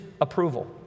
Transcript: approval